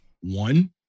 one